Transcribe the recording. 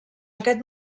aquest